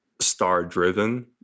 star-driven